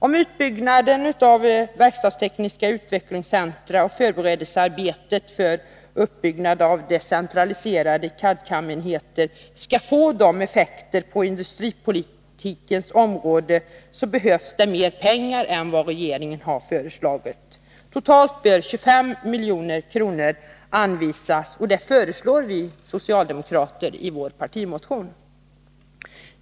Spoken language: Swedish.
Om utbyggnaden av verkstadstekniska utvecklingscentra och förberedelsearbetet för uppbyggnad av decentraliserade CAD/CAM-enheter skall få effekt på industripolitikens område, behövs det mera pengar än vad regeringen har föreslagit. Totalt bör 25 milj.kr. anvisas, och det föreslår vi socialdemokrater i vår partimotion.